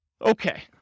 Okay